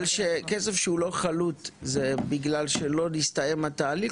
אבל כסף שהוא לא חלוט, זה בגלל שלא הסתיים התהליך?